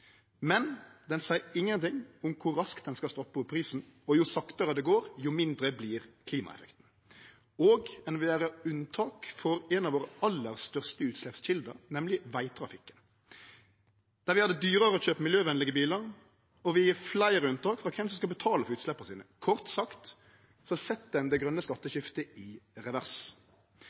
Men ein seier ingenting om kor raskt ein skal setje opp prisen, og jo saktare det går, jo mindre vert klimaeffekten. Og ein vil gjere unntak for ein av våre aller største utsleppskjelder, nemleg vegtrafikken. Dei vil gjere det dyrare å kjøpe miljøvenlege bilar og vil gje fleire unntak for kven som skal betale for utsleppa sine. Kort sagt set ein det grøne skatteskiftet i revers.